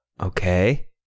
Okay